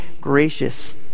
gracious